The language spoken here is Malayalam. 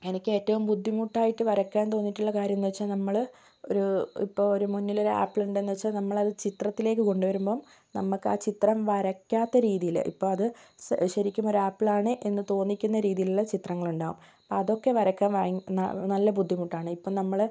എനിക്ക് ഏറ്റവും ബുദ്ധിമുട്ട് ആയിട്ട് വരയ്ക്കാൻ തോന്നിട്ടുള്ള കാര്യം എന്ന് വെച്ചാൽ നമ്മള് ഇപ്പം ഒരു മുന്നിൽ ഒരു ആപ്പിൾ ഉണ്ടെന്ന് വെച്ച നമ്മളത് ചിത്രത്തിലേക്ക് കൊണ്ട് വരുമ്പം നമുക്ക് ആ ചിത്രം വരയ്ക്കാത്ത രീതിയില് ഇപ്പോൾ അത് ശെരിക്കും ഒരു ആപ്പിൾ ആണ് എന്ന് തോന്നിക്കുന്ന രീതിയില് ഉള്ള ചിത്രങ്ങൾ ഉണ്ടാകും അതൊക്കെ വരയ്ക്കാൻ ഭയ നല്ല ബുദ്ധിമുട്ട് ആണ് ഇപ്പം നമ്മള്